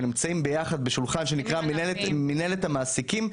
שנמצאים ביחד בשולחן שנקרא מנהלת המעסיקים,